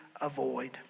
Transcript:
avoid